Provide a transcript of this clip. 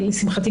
ולשמחתי,